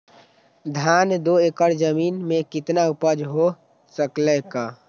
धान दो एकर जमीन में कितना उपज हो सकलेय ह?